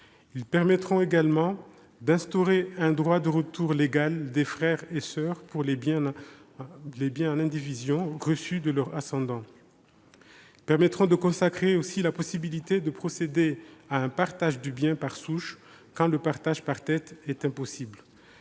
Ils permettront également d'instaurer un droit de retour légal des frères et soeurs pour les biens en indivision reçus de leurs ascendants. Ils permettront aussi de consacrer la possibilité de procéder à un partage du bien par souche, quand le partage par tête est impossible.